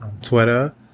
Twitter